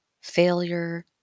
failure